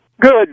Good